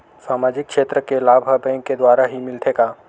सामाजिक क्षेत्र के लाभ हा बैंक के द्वारा ही मिलथे का?